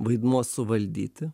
vaidmuo suvaldyti